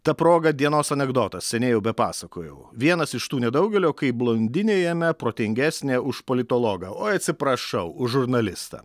ta proga dienos anekdotas seniai jau bepasakojau vienas iš tų nedaugelio kaip blondinė jame protingesnė už politologą oi atsiprašau už žurnalistą